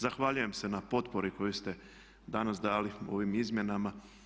Zahvaljujem se na potpori koju ste danas dali ovim izmjenama.